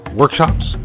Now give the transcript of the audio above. workshops